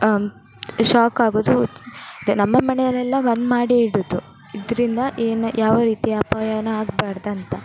shock ಆಗೋದು ತ್ತೆ ನಮ್ಮ ಮನೆಯಲ್ಲೆಲ್ಲ ಬಂದ್ ಮಾಡಿ ಇಡೋದು ಇದರಿಂದ ಏನು ಯಾವ ರೀತಿ ಅಪಾಯವೂ ಆಗ್ಬಾರ್ದು ಅಂತ